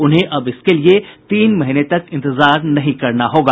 उन्हें अब इसके लिए तीन महीने की इंतजार नहीं करना होगा